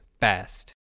fast